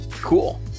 Cool